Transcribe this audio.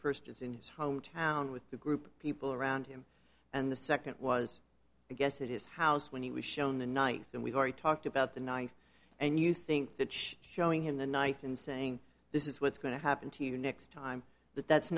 first is in his hometown with the group of people around him and the second was i guess it is house when he was shown the night and we've already talked about the night and you think that showing him the night and saying this is what's going to happen to you next time that that's